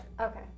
Okay